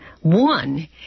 One